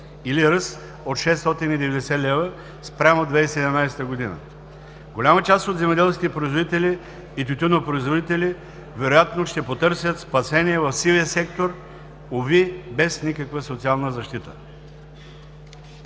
или ръст от 690 лв. спрямо 2017 г. Голяма част от земеделските производители и тютюнопроизводители вероятно ще потърсят спасение в сивия сектор, уви, без никаква социална защита.